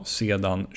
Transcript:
sedan